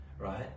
right